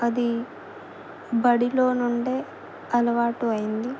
అది బడిలోనుండే అలవాటు అయ్యింది